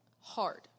hard